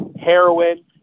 heroin